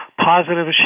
positive